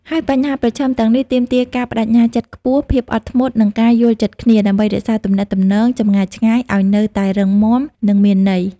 ហើយបញ្ហាប្រឈមទាំងនេះទាមទារការប្តេជ្ញាចិត្តខ្ពស់ ភាពអត់ធ្មត់ និងការយល់ចិត្តគ្នា ដើម្បីរក្សាទំនាក់ទំនងចម្ងាយឆ្ងាយឱ្យនៅតែរឹងមាំ និងមានន័យ។